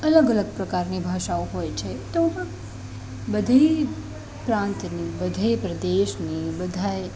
અલગ અલગ પ્રકારની ભાષાઓ હોય છે તો પણ બધી પ્રાંતની બધે પ્રદેશની બધાય